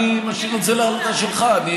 אני אשאיר את זה להחלטה שלך.